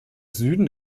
süden